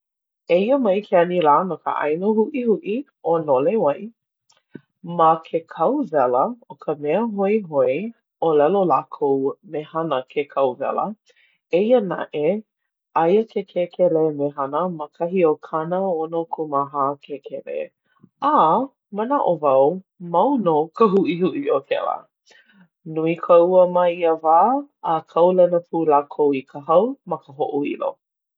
Eia mia ke anilā no ka ʻāina huʻihuʻi ʻo Nolewai. Ma ke kauwela, ʻo ka mea hoihoi ʻōlelo lākou mehana ke kauwela eia naʻe, aia ke kēkelā mehana ma kahi o kanaonokūmāhā kēkelē. A manaʻo wau mau nō ka huʻihuʻi o kēlā. Nui ka ua ma ia wā, a kaulana pū i ka hau ma ka hoʻoilo.